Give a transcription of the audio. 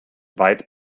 weit